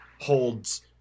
holds